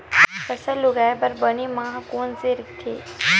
फसल उगाये बर बने माह कोन से राइथे?